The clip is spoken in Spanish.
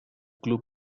club